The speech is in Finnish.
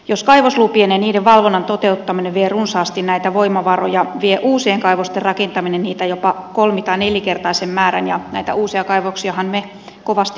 jos kaivoslupien ja niiden valvonnan toteuttaminen vie runsaasti näitä voimavaroja vie uusien kaivosten rakentaminen niitä jopa kolmin tai nelinkertaisen määrän ja näitä uusia kaivoksiahan me kovasti odotamme lisää